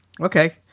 Okay